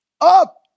Up